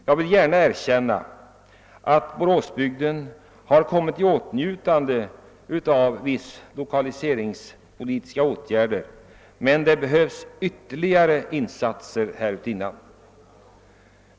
Jag vill gärna erkänna att Boråsbygden har kommit i åtnjutande av vissa lokaliseringspolitiska åtgärder, men det behövs härutinnan ytterligare insatser.